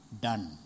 Done